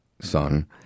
son